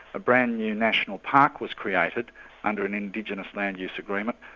a brand-new national park was created under an indigenous land use agreement,